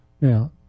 Now